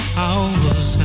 hours